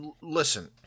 Listen